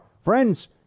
Friends